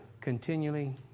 continually